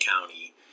County